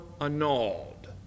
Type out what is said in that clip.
annulled